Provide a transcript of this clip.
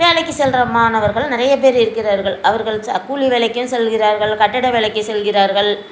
வேலைக்கு செல்கிற மாணவர்கள் நிறைய பேர் இருக்கிறார்கள் அவர்கள் ச கூலி வேலைக்கும் செல்கிறார்கள் கட்டட வேலைக்கு செல்கிறார்கள்